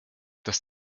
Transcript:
das